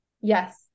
Yes